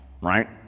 right